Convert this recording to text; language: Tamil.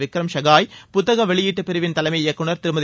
விக்ரம் சகாய் புத்தக வெளியிட்டு பிரிவின் தலைமை இயக்குநர் திருமதி